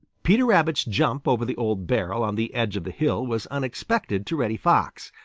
peter rabbit's jump over the old barrel on the edge of the hill was unexpected to reddy fox.